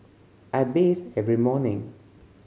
I bathe every morning